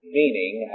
meaning